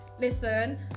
listen